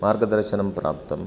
मार्गदर्शनं प्राप्तम्